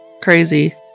crazy